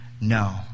No